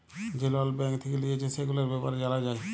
যে লল ব্যাঙ্ক থেক্যে লিয়েছে, সেগুলার ব্যাপারে জালা যায়